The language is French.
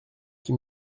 qui